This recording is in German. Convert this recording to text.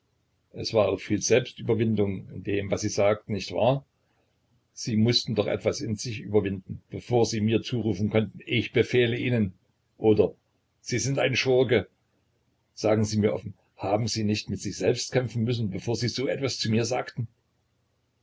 es war auch viel selbstüberwindung in dem was sie sagten nicht wahr sie mußten doch etwas in sich überwinden bevor sie mir zurufen konnten ich befehle ihnen oder sie sind ein schurke sagen sie mir offen haben sie nicht mit sich selbst kämpfen müssen bevor sie so etwas zu mir sagten